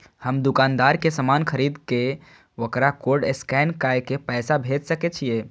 हम दुकानदार के समान खरीद के वकरा कोड स्कैन काय के पैसा भेज सके छिए?